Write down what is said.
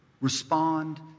respond